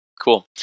Cool